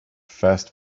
first